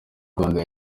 rwanda